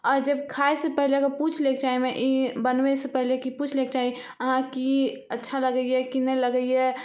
आ जब खाए से पहिले अगर पुछि लैके चाही एहिमे ई बनबै से पहिले पुछि लैके चाही अहाँके की अच्छा लगैया की नहि लगैया